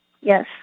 Yes